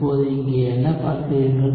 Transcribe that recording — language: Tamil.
இப்போது இங்கே என்ன பார்க்கிறீர்கள்